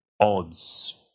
odds